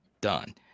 done